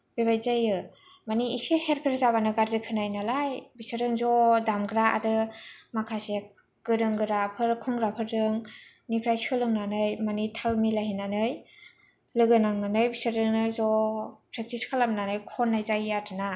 बेबायदि जायो माने एसे हेर फेर जाबानो गाज्रि खोनायो नालाय बिसोरजों ज' दामग्रा आरो माखासे गोरों गोरा खनग्राफोरनिफ्राय सोलोंनानै माने ताल मिलायहोनानै लोगो नांनानै बिसोरजोंनो ज' प्रेक्टिस खालामनानै खननाय जायो आरोना